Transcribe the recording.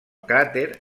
cràter